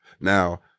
Now